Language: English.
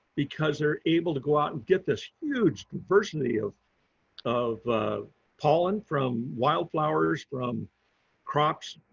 because they're able to go out and get this huge diversity of of pollen from wild flowers from crops,